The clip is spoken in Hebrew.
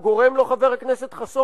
שאתה ושכמותך גורמים לו, חבר הכנסת חסון?